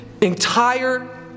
entire